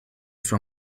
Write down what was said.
sua